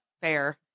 fair